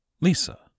Lisa